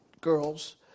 girls